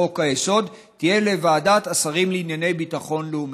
לחוק-היסוד תהיה לוועדת השרים לענייני ביטחון לאומי".